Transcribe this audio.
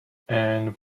and